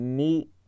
meet